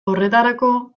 horretarako